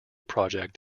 project